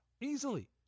Easily